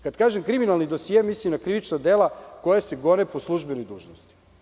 Kada kažem kriminalni dosije mislim na krivična dela koja se gone po službenoj dužnosti.